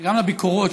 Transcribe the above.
גם לביקורות,